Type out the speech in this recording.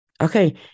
Okay